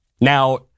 Now